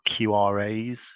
QRAs